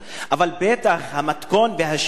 אבל בטח המתכון והשיטה,